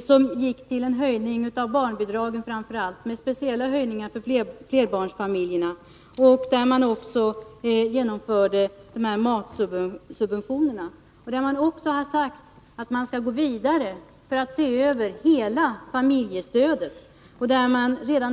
som gick till en höjning av framför allt barnbidragen med speciella höjningar för flerbarnsfamiljerna. Man genomförde också matsubventionerna. Man har även sagt att man skall gå vidare och se över hela familjestödet.